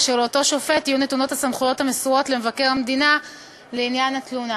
ולאותו שופט יהיו נתונות הסמכויות המסורות למבקר המדינה לעניין התלונה.